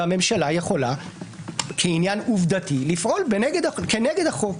והממשלה יכולה כעניין עובדתי לפעול כנגד החוק.